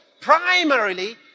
primarily